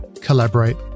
collaborate